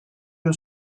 gün